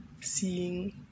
seeing